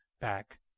back